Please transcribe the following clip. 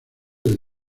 del